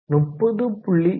30